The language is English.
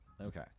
okay